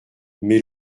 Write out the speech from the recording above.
mais